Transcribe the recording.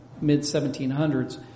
mid-1700s